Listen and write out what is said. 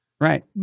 right